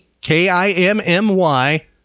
K-I-M-M-Y